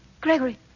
Gregory